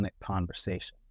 Conversations